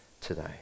today